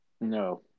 No